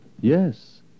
Yes